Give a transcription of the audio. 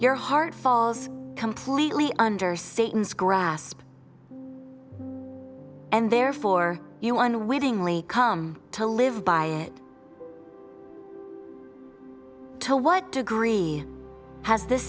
your heart falls completely under satan's grasp and therefore you unwittingly come to live by it to what degree has the